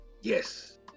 yes